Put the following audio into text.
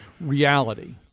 reality